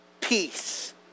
peace